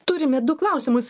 turime du klausimus